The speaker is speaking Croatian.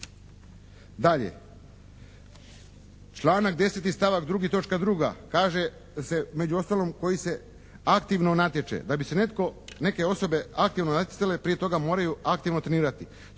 Dalje, članak 10., stavak 2., točka 2. Kaže se među ostalom koji se aktivno natječe. Da bi se netko, neke osobe aktivno natjecale prije toga moraju aktivno treniraju.